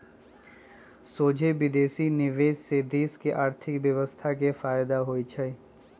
सोझे विदेशी निवेश से देश के अर्थव्यवस्था के फयदा होइ छइ